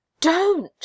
Don't